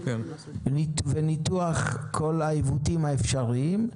וניתוח כל העיוותים האפשריים.